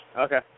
Okay